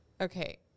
Okay